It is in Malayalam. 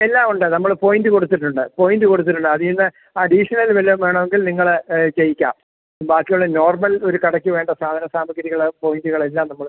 എല്ലാം ഉണ്ട് നമ്മൾ പോയിൻറ്റ് കൊടുത്തിട്ടുണ്ട് പോയിൻറ്റ് കൊടുത്തിട്ടുണ്ട് അതിൽനിന്ന് അഡീഷണൽ വല്ലതും വേണമെങ്കിൽ നിങ്ങൾ ചെയ്യിക്കാം ബാക്കിയുള്ള നോർമൽ ഒരു കടയ്ക്ക് വേണ്ട സാധനസാമഗ്രികൾ പോയിൻറ്റുകളെല്ലാം നമ്മൾ